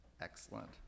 Excellent